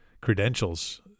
credentials